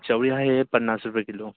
चवळी आहे पन्नास रुपये किलो